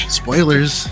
spoilers